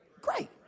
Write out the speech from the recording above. great